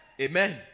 Amen